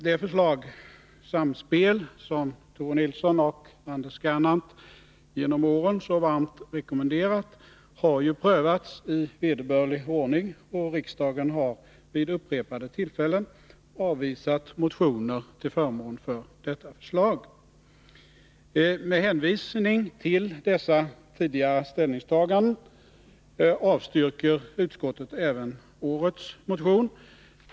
Det förslag, Torsdagen den Samspel, som Tore Nilsson och Anders Gernandt genom åren så varmt har = 25 mars 1982 rekommenderat, har prövats i vederbörlig ordning, och riksdagen har vid upprepade tillfällen avvisat motioner till förmån för detta förslag. Med hänvisning till dessa tidigare ställningstaganden avstyrker utskottet även årets motion.